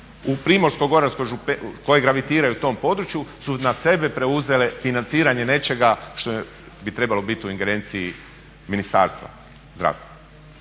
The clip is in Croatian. u Primorsko-goranskoj, koje gravitiraju tom području su na sebe preuzele financiranje nečega što bi trebalo biti u ingerenciji Ministarstva